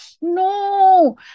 no